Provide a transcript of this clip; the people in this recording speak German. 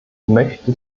möchte